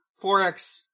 4x